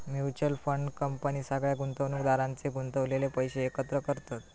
mutual fund company सगळ्या गुंतवणुकदारांचे गुंतवलेले पैशे एकत्र करतत